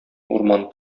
урман